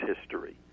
history